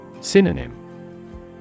Synonym